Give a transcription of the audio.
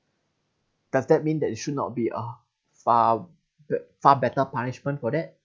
does that mean that there should not be a far far better punishment for that